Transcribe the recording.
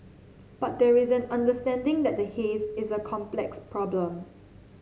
but there is an understanding that the haze is a complex problem